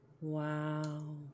Wow